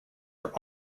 are